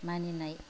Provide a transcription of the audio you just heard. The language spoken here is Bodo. मानिनाय